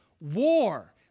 war